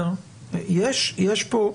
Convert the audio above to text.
יש פה,